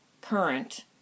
current